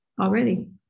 already